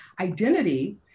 identity